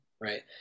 right